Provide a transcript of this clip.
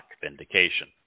vindication